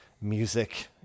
music